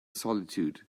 solitude